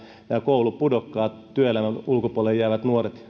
koulupudokkaat työelämän ulkopuolelle jäävät nuoret